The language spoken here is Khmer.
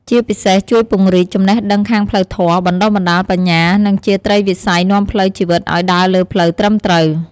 ជាពិសេសជួយពង្រីកចំណេះដឹងខាងផ្លូវធម៌ បណ្ដុះបណ្ដាលបញ្ញា និងជាត្រីវិស័យនាំផ្លូវជីវិតឱ្យដើរលើផ្លូវត្រឹមត្រូវ។